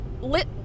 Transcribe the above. lit